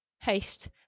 Haste